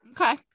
Okay